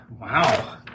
wow